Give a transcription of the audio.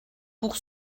pour